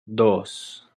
dos